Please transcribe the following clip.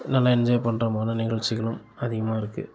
நல்லா என்ஜாய் பண்ணுறமான நிகழ்ச்சிகளும் அதிகமாக இருக்குது